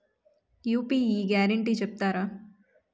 UPI guarantee చెప్తారా?